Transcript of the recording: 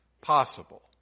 possible